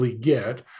get